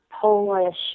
Polish